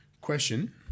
Question